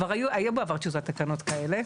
היו בעבר תקנות כאלה,